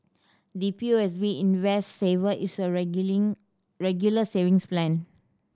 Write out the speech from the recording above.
the P O S B Invest Saver is a Regular Savings Plan